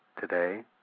Today